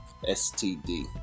STD